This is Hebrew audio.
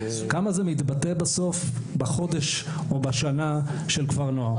כמה זה מתבטא בסוף בחודש או בשנה של כפר נוער,